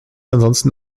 ansonsten